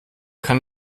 kann